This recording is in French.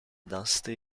densité